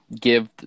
give